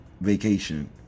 vacation